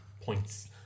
points